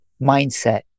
mindset